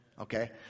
Okay